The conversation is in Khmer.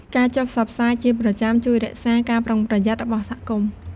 ការចុះផ្សព្វផ្សាយជាប្រចាំជួយរក្សាការប្រុងប្រយ័ត្ន របស់សហគមន៍។